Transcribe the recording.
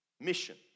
mission